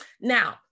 Now